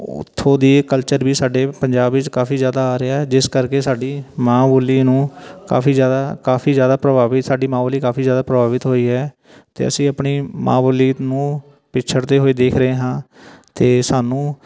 ਉੱਥੋਂ ਦੇ ਕਲਚਰ ਵੀ ਸਾਡੇ ਪੰਜਾਬ ਵਿੱਚ ਕਾਫੀ ਜ਼ਿਆਦਾ ਆ ਰਿਹਾ ਜਿਸ ਕਰਕੇ ਸਾਡੀ ਮਾਂ ਬੋਲੀ ਨੂੰ ਕਾਫੀ ਜ਼ਿਆਦਾ ਕਾਫੀ ਜ਼ਿਆਦਾ ਪ੍ਰਭਾਵਿਤ ਸਾਡੀ ਮਾਂ ਬੋਲੀ ਕਾਫੀ ਜ਼ਿਆਦਾ ਪ੍ਰਭਾਵਿਤ ਹੋਈ ਹੈ ਅਤੇ ਅਸੀਂ ਆਪਣੀ ਮਾਂ ਬੋਲੀ ਨੂੰ ਪਿਛੜਦੇ ਹੋਏ ਦੇਖ ਰਹੇ ਹਾਂ ਅਤੇ ਸਾਨੂੰ